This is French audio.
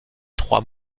trois